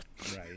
Right